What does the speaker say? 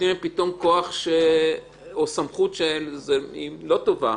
פתאום נותנים להם כוח או סמכות לא טובים.